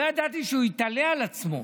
לא ידעתי שהוא יתעלה על עצמו,